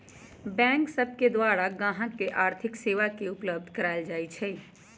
bank सब के द्वारा गाहक के आर्थिक सेवा उपलब्ध कराएल जाइ छइ